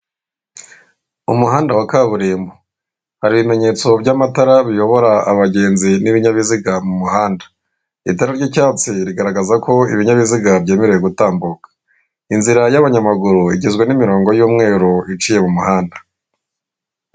Umuhanda wa kaburimbo, hari ibimenyetso by'amatara biyobora abagenzi n'ibinyabiziga mu muhanda, itara ry'icyatsi rigaragaza ko ibinyabiziga byemerewe gutambuka, inzira y'abanyamaguru igizwe n'imirongo y'umweru iciye mu muhanda.